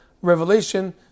revelation